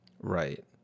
right